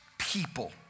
people